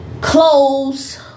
clothes